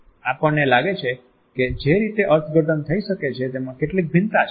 આપણને લાગે છે કે જે રીતે અર્થઘટન થઈ શકે છે તેમાં કેટલીક ભિન્નતા છે